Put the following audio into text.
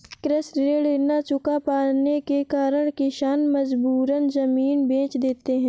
कृषि ऋण न चुका पाने के कारण किसान मजबूरन जमीन बेच देते हैं